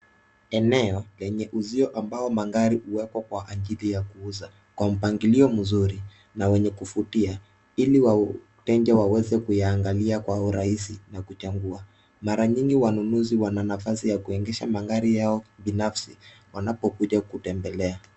Eneo, lenye uzio ambao magari huwekwa kwa ajili ya kuuzwa kwa mpangilio mzuri na wenye kuvutia ili wateja waweze kuangalia kuwa urahisi na kuchagua. Mara nyingi wanunuzi wana nafasi ya kuingiza magari yao binafsi wanapokuja kutembelea.